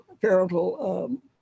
parental